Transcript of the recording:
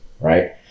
right